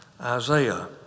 Isaiah